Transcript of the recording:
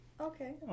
Okay